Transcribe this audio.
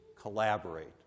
collaborate